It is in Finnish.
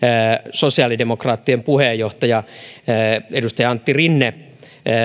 sosiaalidemokraattien puheenjohtaja edustaja antti rinne